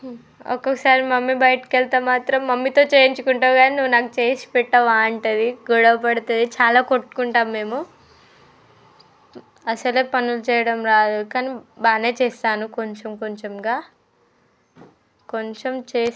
ఒక్కోసారి మమ్మీ బయటకి వెళితే మాత్రం మమ్మీతో చేయించుకుంటావు కానీ నువ్వు నాకు చేసి పెట్టవా అంటుంది గొడవ పడుతుంది చాలా కొట్టుకుంటాము మేము అసలే పనులు చేయడం రాదు కానీ బాగానే చేస్తాను కొంచెం కొంచెంగా కొంచెం చేసి